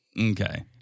Okay